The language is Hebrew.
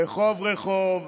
רחוב-רחוב,